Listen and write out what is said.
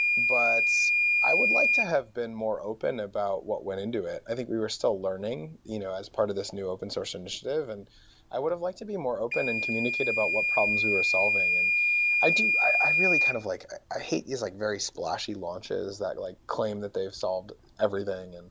but i would like to have been more open about what went into it. i think we were still learning you know as part of this new open-source initiative, and i would have like to be more open and communicate about what problems we were solving. and i really kind of like i i hate these like very splashy launches that like claim that they've solved everything. and